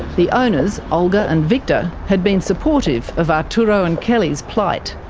the owners, olga and viktor, had been supportive of arturo and kelly's plight.